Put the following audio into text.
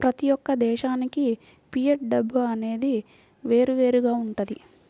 ప్రతి యొక్క దేశానికి ఫియట్ డబ్బు అనేది వేరువేరుగా వుంటది